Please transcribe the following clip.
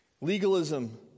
Legalism